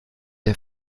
der